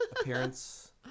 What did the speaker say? appearance